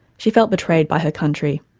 she felt betrayed by her country,